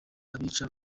abica